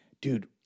Dude